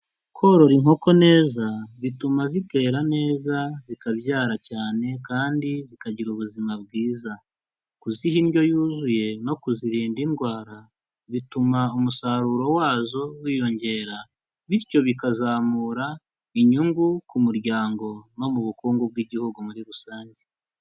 Korora inkoko neza bituma zitera neza zikabyara cyane kandi zikagira ubuzima bwiza, kuziha indyo yuzuye no kuzirinda indwara, bituma umusaruro wazo wiyongera, bityo bikazamura inyungu ku muryango no mu bukungu bw'igihugu muri rusange.